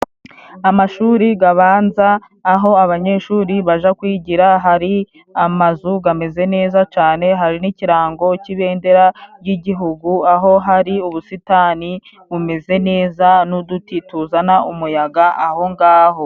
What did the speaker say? Amashuri gabanza aho abanyeshuri baja kwigira, hari amazu gameze neza cane hari n'ikirango cy'ibendera ry'igihugu, aho hari ubusitani bumeze neza n'uduti tuzana umuyaga aho ngaho.